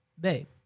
babe